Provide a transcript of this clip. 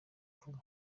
vuba